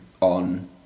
on